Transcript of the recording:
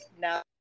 now